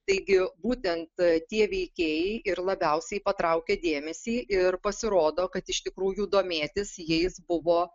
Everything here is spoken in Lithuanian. taigi būtent tie veikėjai ir labiausiai patraukia dėmesį ir pasirodo kad iš tikrųjų domėtis jais buvo